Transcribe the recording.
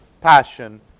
passion